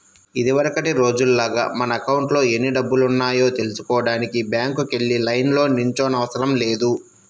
ఇదివరకటి రోజుల్లాగా మన అకౌంట్లో ఎన్ని డబ్బులున్నాయో తెల్సుకోడానికి బ్యాంకుకి వెళ్లి లైన్లో నిల్చోనవసరం లేదు